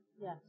Yes